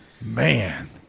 Man